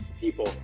people